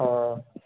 ହଁ